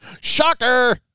Shocker